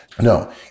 No